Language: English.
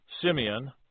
Simeon